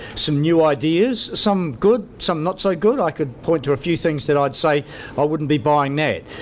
some new ideas some good, some not so good. i could point to a few things that i'd say i wouldn't be buying that.